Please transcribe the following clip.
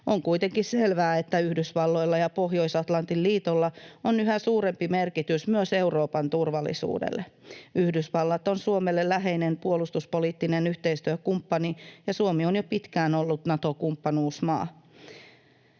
On kuitenkin selvää, että Yhdysvalloilla ja Pohjois-Atlantin liitolla on yhä suurempi merkitys myös Euroopan turvallisuudelle. Yhdysvallat on Suomelle läheinen puolustuspoliittinen yhteistyökumppani, ja Suomi on jo pitkään ollut Nato-kumppanuusmaa.